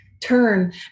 turn